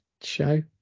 show